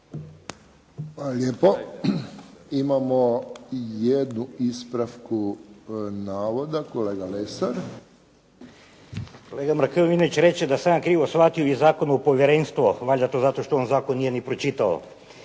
lijepo. Imamo jednu ispravku navoda kolega Lesar. **Lesar, Dragutin (Nezavisni)** Kolega Markovinović reče da sam ja krivo shvatio i Zakon o povjerenstvu, valjda zato što on zakon nije ni pročitao